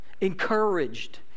encouraged